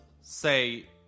say